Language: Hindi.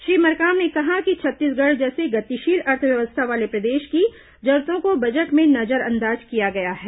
श्री मरकाम ने कहा कि छत्तीसगढ़ जैसे गतिशील अर्थव्यवस्था वाले प्रदेश की जरूरतों को बजट में नजरअंदाज किया गया है